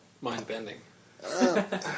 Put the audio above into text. Mind-bending